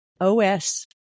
OS